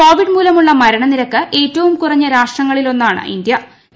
Covid മൂലമുളള മരണ നിരക്ക് ഏറ്റവും കുറഞ്ഞ രാഷ്ട്രങ്ങളിൽ ഒന്നാണ് ഇന്തൃ